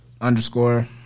underscore